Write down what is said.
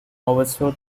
oversaw